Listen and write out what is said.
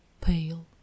pale